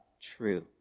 true